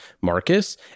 Marcus